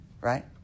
Right